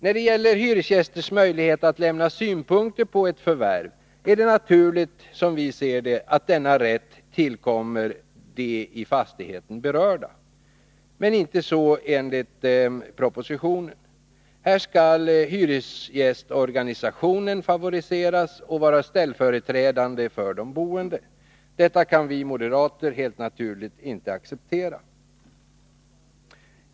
När det gäller hyresgästers möjlighet att lämna synpunkter på ett förvärv är det naturligt, som vi ser det, att denna rätt tillkommer de i fastigheten berörda. Men icke så enligt propositionen. Här skall hyresgästorganisationen favoriseras och vara ställföreträdande för de boende. Detta kan vi moderater helt naturligt inte acceptera.